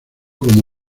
como